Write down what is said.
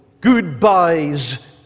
goodbyes